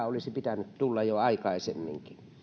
olisi pitänyt tulla jo aikaisemminkin